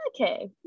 okay